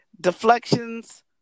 Deflections